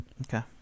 Okay